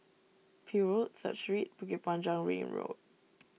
Peel Road Third Street Bukit Panjang Ring Road